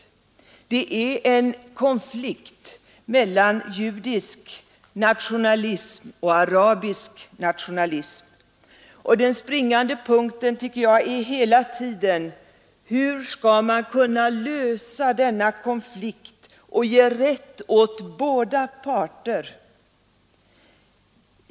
Det är en konflikt mellan judisk nationalism och arabisk nationalism, och den springande punkten är, tycker jag, hela tiden: Hur skall man kunna lösa denna konflikt och ge rätt åt båda parter?